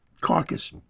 caucus